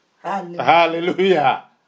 Hallelujah